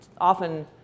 often